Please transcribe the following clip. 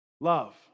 Love